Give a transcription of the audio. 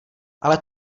ale